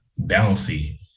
bouncy